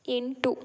ಎಂಟು